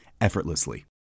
effortlessly